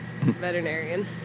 Veterinarian